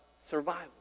survival